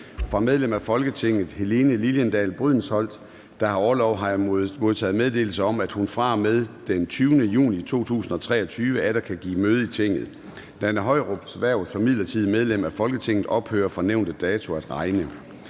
Fra medlem af Folketinget Helene Liliendahl Brydensholt (ALT), der har orlov, har jeg modtaget meddelelse om, at hun fra og med den 30. juni 2023 atter kan give møde i Tinget. Nanna Høyrups (ALT) hverv som midlertidigt medlem af Folketinget ophører fra nævnte dato at regne.